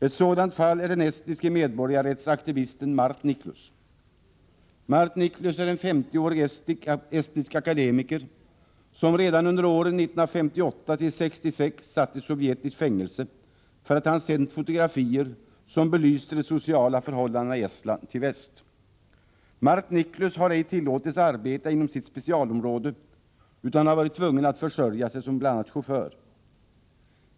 Ett sådant fall är den estniske medborgarrättsaktivisten Mart Niklus. Mart Niklus är en 50-årig estnisk akademiker, som redan under åren 1958-1966 satt i sovjetiskt fängelse för att han sänt fotografier, som belyste de sociala förhållandena i Estland, till väst. Mart Niklus har ej tillåtits arbeta inom sitt specialområde utan har varit tvungen att försörja sig som bl.a. chaufför.